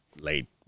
Late